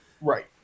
Right